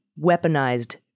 weaponized